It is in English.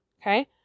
Okay